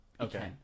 okay